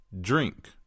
Drink